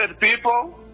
people